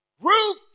Ruth